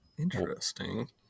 Interesting